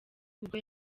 nibwo